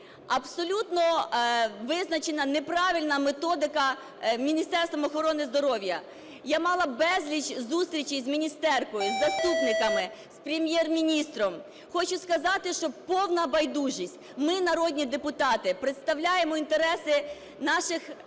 Абсолютно визначена неправильна методика Міністерством охорони здоров'я. Я мала безліч зустрічей з міністеркою, із заступниками, з Прем'єр-міністром. Хочу сказати, що повна байдужість. Ми, народні депутати, представляємо інтереси наших виборців,